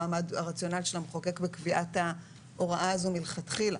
מה הרציונל של המחוקק בקביעת ההוראה הזו מלכתחילה?